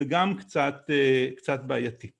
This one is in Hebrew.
‫וגם קצת בעייתי.